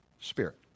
Spirit